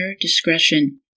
discretion